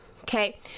Okay